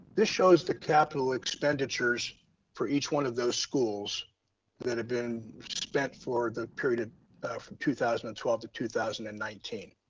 this shows the capital expenditures for each one of those schools that have been spent for the period of two thousand and twelve to two thousand and nineteen.